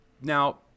now